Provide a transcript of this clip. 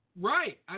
Right